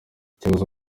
ikibazo